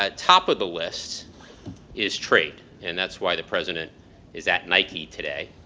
ah top of the list is trade and that's why the president is at nike today,